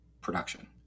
production